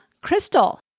Crystal